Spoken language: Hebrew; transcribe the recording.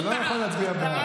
אתה לא יכול להצביע בעד.